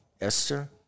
Esther